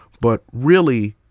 but really,